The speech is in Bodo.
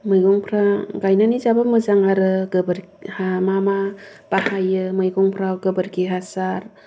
मैगंफोरा गायनायनि हिसाबाव मोजां आरो गोबोर हा मा मा बाहायो मैगंफोरा गोबोरखि हासार